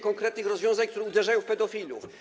konkretnych rozwiązań, które uderzają w pedofilów.